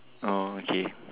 mm okay